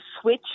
switch